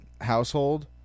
household